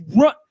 run